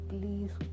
Please